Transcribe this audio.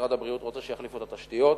משרד הבריאות רוצה שיחליפו את התשתיות,